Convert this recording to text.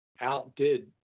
outdid